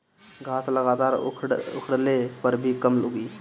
घास लगातार उखड़ले पर भी कम उगी